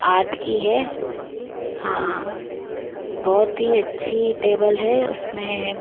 आठ की है हाँ हाँ बहुत ही अच्छी टेबल है उसमें